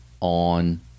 on